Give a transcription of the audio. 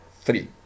three